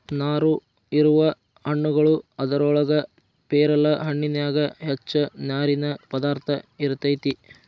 ನಾರು ಇರುವ ಹಣ್ಣುಗಳು ಅದರೊಳಗ ಪೇರಲ ಹಣ್ಣಿನ್ಯಾಗ ಹೆಚ್ಚ ನಾರಿನ ಪದಾರ್ಥ ಇರತೆತಿ